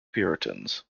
puritans